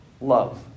love